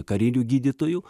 kariniu gydytoju